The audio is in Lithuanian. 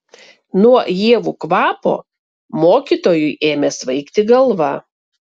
nuo ievų kvapo mokytojui ėmė svaigti galva